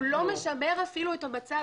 הוא לא משמר את המצב,